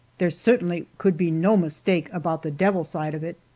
there certainly could be no mistake about the devil side of it!